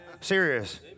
Serious